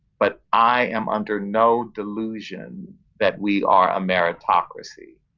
but i am under no delusion that we are a meritocracy,